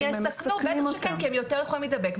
הם יסכנו, בטח שכן, כי הם יותר יכולים להידבק.